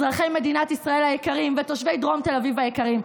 אזרחי מדינת ישראל היקרים ותושבי דרום תל אביב היקרים,